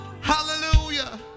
hallelujah